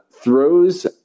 throws